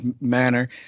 manner